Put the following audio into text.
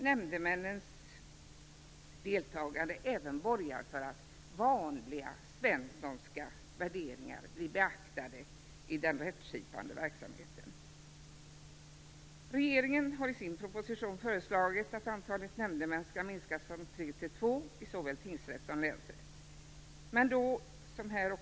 Nämndemännens deltagande borgar även för att vanliga Svenssonska värderingar blir beaktade i den rättskipande verksamheten. Regeringen föreslår i sin proposition att antalet nämndemän skall minskas från tre till två i såväl tingsrätt som länsrätt.